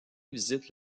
visite